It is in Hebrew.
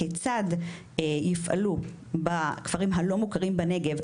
כיצד יפעלו בכפרים הלא מוכרים בנגב,